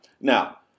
Now